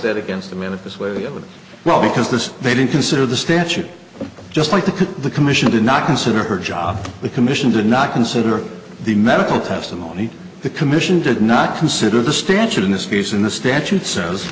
that against the minute this way well because this they didn't consider the statute just like the could the commission did not consider her job the commission did not consider the medical testimony the commission did not consider the statute in this case in the statute says